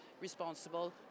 responsible